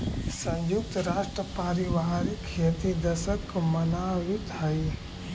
संयुक्त राष्ट्र पारिवारिक खेती दशक मनावित हइ